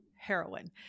heroin